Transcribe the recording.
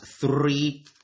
three